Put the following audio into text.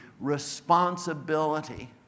responsibility